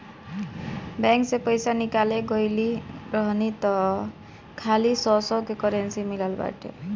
bank से पईसा निकाले गईल रहनी हअ तअ खाली सौ सौ के करेंसी मिलल बाटे